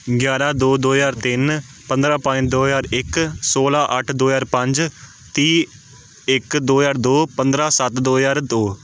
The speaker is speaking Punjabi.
ਗਿਆਰਾਂ ਦੋ ਦੋ ਹਜ਼ਾਰ ਤਿੰਨ ਪੰਦਰਾਂ ਪੰਜ ਦੋ ਹਜ਼ਾਰ ਇੱਕ ਸੋਲ੍ਹਾਂ ਅੱਠ ਦੋ ਹਜ਼ਾਰ ਪੰਜ ਤੀਹ ਇੱਕ ਦੋ ਹਜ਼ਾਰ ਦੋ ਪੰਦਰਾਂ ਸੱਤ ਦੋ ਹਜ਼ਾਰ ਦੋ